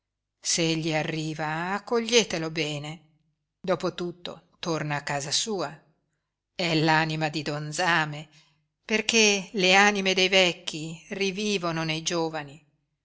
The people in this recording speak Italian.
se egli arriva accoglietelo bene dopo tutto torna a casa sua è l'anima di don zame perché le anime dei vecchi rivivono nei giovani